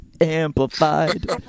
amplified